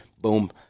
boom